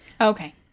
Okay